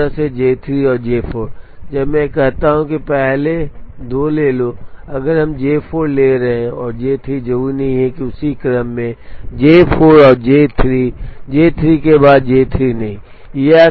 दो तरह से J3 और J4 जब मैं कहता हूं कि पहले दो ले लो अगर हम J4 ले रहे हैं और J3 जरूरी नहीं कि उसी क्रम में J4 और J3 J3 के बाद J3 नहीं